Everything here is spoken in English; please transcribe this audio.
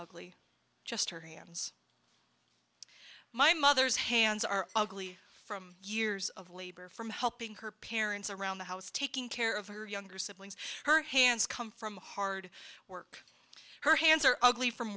ugly just her hands my mother's hands are ugly from years of labor from helping her parents around the house taking care of her younger siblings her hands come from hard work her hands are ugly from